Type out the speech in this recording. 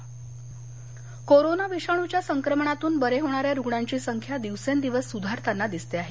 Covid वर्तमान corona विषाणूच्या संक्रमणातून बरे होणाऱ्या रुग्णांची संख्या दिवसेंदिवस सुधारताना दिसत आहे